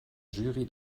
jury